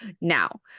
now